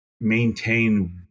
maintain